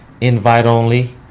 invite-only